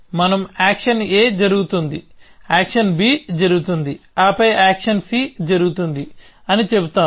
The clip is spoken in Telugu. మనం యాక్షన్ a జరుగుతుంది యాక్షన్ b జరుగుతుంది ఆపై యాక్షన్ c జరుగుతుంది అని చెబుతాము